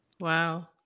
Wow